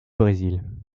brésil